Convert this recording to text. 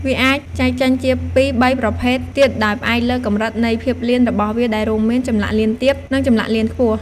វាអាចចែកចេញជាពីរបីប្រភេទទៀតដោយផ្អែកលើកម្រិតនៃភាពលៀនរបស់វាដែលរួមមាន ចម្លាក់លៀនទាប និងចម្លាក់លៀនខ្ពស់។